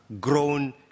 grown